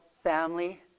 Family